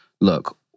look